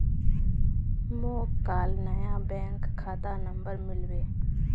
मोक काल नया बैंक खाता नंबर मिलबे